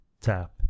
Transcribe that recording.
tap